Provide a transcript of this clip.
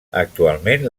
actualment